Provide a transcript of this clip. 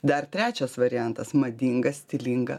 dar trečias variantas madinga stilinga